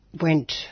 Went